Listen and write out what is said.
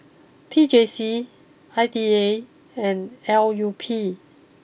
T J C I D A and L U P